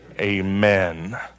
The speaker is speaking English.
amen